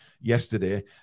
yesterday